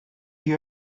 you